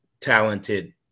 talented